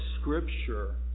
Scripture